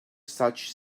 such